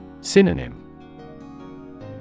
Synonym